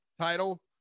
title